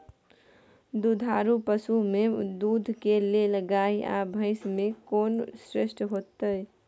दुधारू पसु में दूध के लेल गाय आ भैंस में कोन श्रेष्ठ होयत?